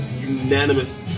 unanimous